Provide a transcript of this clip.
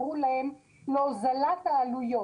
להוזלת העלויות.